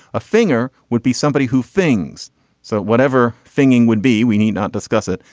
a finger would be somebody who things so whatever thinking would be we need not discuss it.